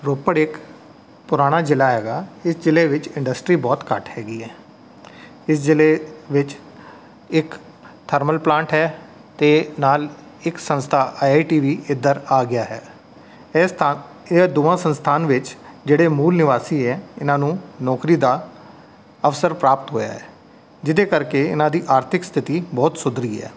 ਰੋਪੜ ਇੱਕ ਪੁਰਾਣਾ ਜ਼ਿਲ੍ਹਾ ਹੈਗਾ ਇਸ ਜ਼ਿਲ੍ਹੇ ਵਿੱਚ ਇੰਡਸਟਰੀ ਬਹੁਤ ਘੱਟ ਹੈਗੀ ਹੈ ਇਸ ਜ਼ਿਲ੍ਹੇ ਵਿੱਚ ਇੱਕ ਥਰਮਲ ਪਲਾਂਟ ਹੈ ਅਤੇ ਨਾਲ ਇੱਕ ਸੰਸਥਾ ਆਈ ਆਈ ਟੀ ਵੀ ਇੱਧਰ ਆ ਗਿਆ ਹੈ ਇਹ ਸਥਾਨ ਇਹ ਦੋਵਾਂ ਸੰਸਥਾਨ ਵਿੱਚ ਜਿਹੜੇ ਮੂਲ ਨਿਵਾਸੀ ਹੈ ਇਹਨਾਂ ਨੂੰ ਨੌਕਰੀ ਦਾ ਅਵਸਰ ਪ੍ਰਾਪਤ ਹੋਇਆ ਹੈ ਜਿਹਦੇ ਕਰਕੇ ਇਹਨਾਂ ਦੀ ਆਰਥਿਕ ਸਥਿਤੀ ਬਹੁਤ ਸੁਧਰੀ ਹੈ